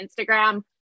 Instagram